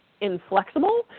inflexible